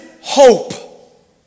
hope